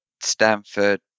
stanford